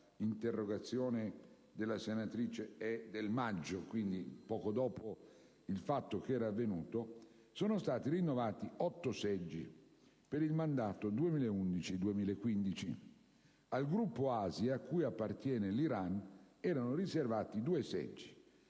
l'interrogazione della senatrice Carloni è del maggio, quindi poco dopo i fatti), sono stati rinnovati 8 seggi per il mandato 2011-2015. Al gruppo Asia, cui appartiene l'Iran, erano riservati due seggi,